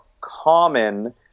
common